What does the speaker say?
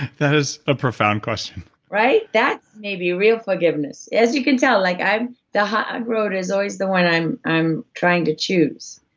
that is a profound question right? that's maybe real forgiveness. as you can tell, like the hard road is always the one i'm i'm trying to choose.